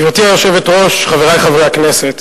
גברתי היושבת-ראש, חברי חברי הכנסת,